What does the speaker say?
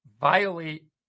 violate